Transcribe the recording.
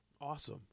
awesome